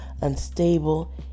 unstable